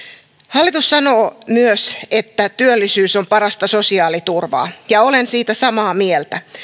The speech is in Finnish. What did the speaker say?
hallitus sanoo myös että työllisyys on parasta sosiaaliturvaa ja olen siitä samaa mieltä